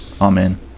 Amen